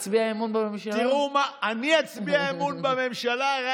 תראו מה, תצביע אמון בממשלה?